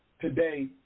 Today